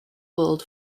world